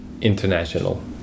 international